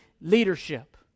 leadership